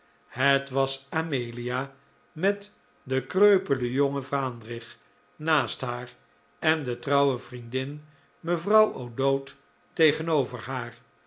het was amelia met den kreupelen jongen vaandrig naast haar en de trouwe vriendin mevrouw o'dowd tegenover haar